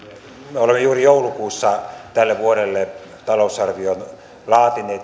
me olemme juuri joulukuussa tälle vuodelle talousarvion laatineet